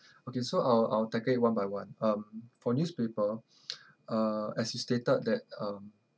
okay so I'll I'll tackle it one by one um for newspaper uh as you stated that um